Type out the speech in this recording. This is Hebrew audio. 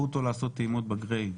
כ' בחשוון תשפ"ב,